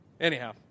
Anyhow